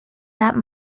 that